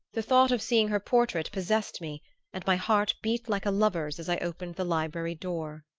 the thought of seeing her portrait possessed me and my heart beat like a lover's as i opened the library door.